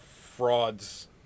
frauds